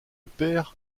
père